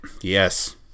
Yes